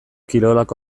kirolak